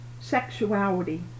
sexuality